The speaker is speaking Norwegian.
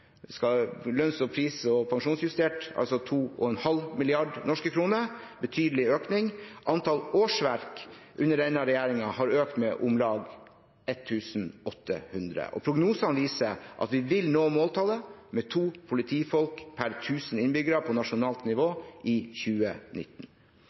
pris- og pensjonsjustert, altså 2,5 mrd. kr – en betydelig økning. Antall årsverk under denne regjeringen har økt med om lag 1 800. Og prognosene viser at vi vil nå måltallet med to politifolk per tusen innbyggere på nasjonalt